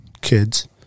kids